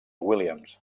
williams